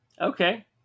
Okay